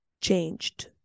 changed